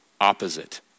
opposite